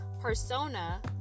persona